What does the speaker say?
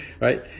right